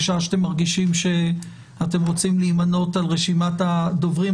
בשעה שאתם מרגישים שאתם רוצים להימנות על רשימת הדוברים,